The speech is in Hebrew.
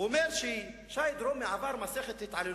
הוא אומר ששי דרומי עבר מסכת התעללויות.